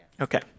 Okay